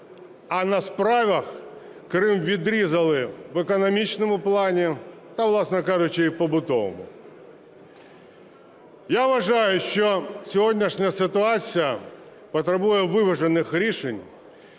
а на справах Крим відрізали в економічному плані та, власне кажучи, і в побутовому. Я вважаю, що сьогоднішня ситуація потребує виважених рішень,